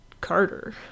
Carter